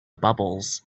bubbles